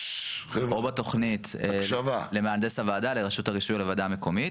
או בתוכנית למהנדס הוועדה לרשות הרישוי לוועדה המקומית.